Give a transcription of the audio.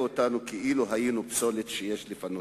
אותנו כאילו היינו פסולת שיש לפנותה.